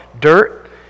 dirt